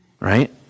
right